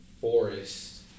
forest